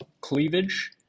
cleavage